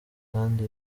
kandi